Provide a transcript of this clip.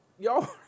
Y'all